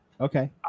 Okay